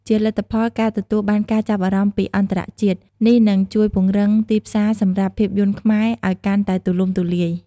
ជាលទ្ធផល ការទទួលបានការចាប់អារម្មណ៍ពីអន្តរជាតិ នេះនឹង ជួយពង្រីកទីផ្សារសម្រាប់ភាពយន្តខ្មែរ ឱ្យកាន់តែទូលំទូលាយ។